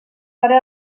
pare